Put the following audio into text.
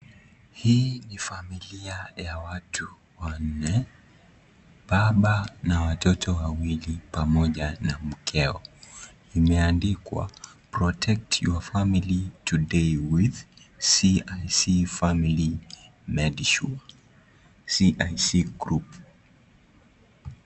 Hii ni familia ya watu wanne, baba na watoto wawili pamoja na mkeo, imeandikwa protect your family today with CIC family medsure, CIC group .